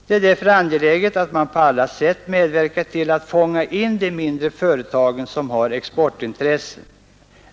Det är därför angeläget att man på alla sätt medverkar till att fånga in de mindre företagen som har exportintressen.